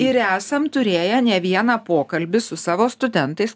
ir esam turėję ne vieną pokalbį savo studentais